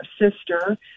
sister